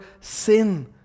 sin